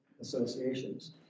associations